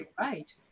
Right